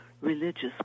religious